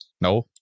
no